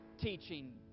teaching